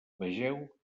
vegeu